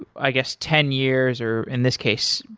i guess ten years or in this case,